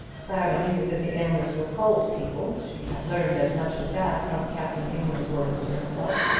clara knew that the aylmers were cold people. she had learned as much as that from captain aylmer's words to herself,